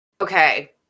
Okay